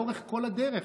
לאורך כל הדרך,